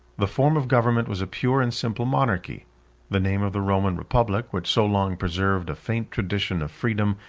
the form of government was a pure and simple monarchy the name of the roman republic, which so long preserved a faint tradition of freedom,